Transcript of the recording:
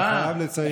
אני חייב לציין,